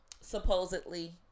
Supposedly